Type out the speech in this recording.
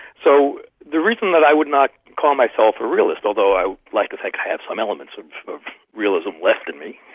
so the reason that i would not call myself a realist although i'd like to think i have some elements of realism left in me